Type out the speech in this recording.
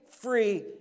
free